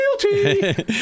Guilty